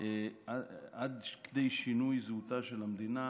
עד כדי שינוי זהותה של המדינה,